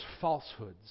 falsehoods